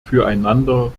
füreinander